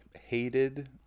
hated